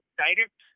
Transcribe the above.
direct